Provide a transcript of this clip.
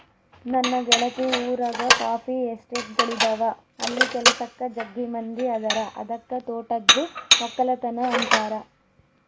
ನನ್ನ ಗೆಳತಿ ಊರಗ ಕಾಫಿ ಎಸ್ಟೇಟ್ಗಳಿದವ ಅಲ್ಲಿ ಕೆಲಸಕ್ಕ ಜಗ್ಗಿ ಮಂದಿ ಅದರ ಅದಕ್ಕ ತೋಟದ್ದು ವಕ್ಕಲತನ ಅಂತಾರ